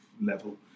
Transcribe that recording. level